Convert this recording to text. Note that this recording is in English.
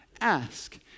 ask